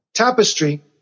tapestry